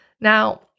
Now